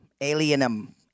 Alienum